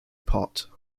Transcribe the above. pot